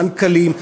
מנכ"לים,